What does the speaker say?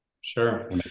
sure